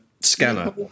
scanner